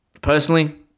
Personally